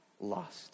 lost